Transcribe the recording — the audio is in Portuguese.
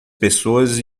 pessoas